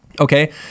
Okay